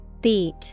Beat